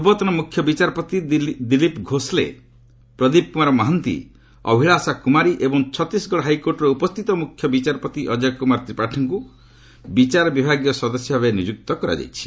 ପୂର୍ବତନ ମୁଖ୍ୟ ବିଚାରପତି ଦିଲ୍ଲୀପ ଘୋଷଲେ ପ୍ରଦୀପ କୁମାର ମହାନ୍ତି ଅଭିଳାଷା କ୍ରମାରୀ ଏବଂ ଛତିଶଗଡ଼ ହାଇକୋର୍ଟର ଉପସ୍ଥିତ ମ୍ରଖ୍ୟ ବିଚାରପତି ଅଜୟ କୁମାର ତ୍ରିପାଠୀଙ୍କୁ ବିଚାର ବିଭାଗୀୟ ସଦସ୍ୟ ଭାବେ ନିଯୁକ୍ତ କରାଯାଇଛି